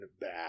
back